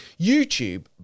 youtube